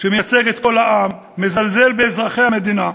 שמייצג את כל העם, מזלזל באזרחי המדינה.